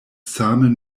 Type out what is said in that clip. same